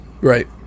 right